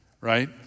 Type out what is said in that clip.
right